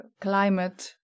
climate